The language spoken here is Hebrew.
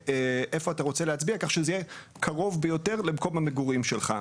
רוצה להצביע כך שזה יהיה קרוב ביותר למקום המגורים שלך,